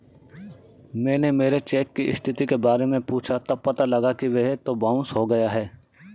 मैंने मेरे चेक की स्थिति के बारे में पूछा तब पता लगा कि वह तो बाउंस हो गया है